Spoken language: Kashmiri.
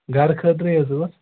گرٕ خٲطرے حظ ٲسۍ